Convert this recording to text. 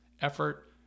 effort